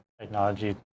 technology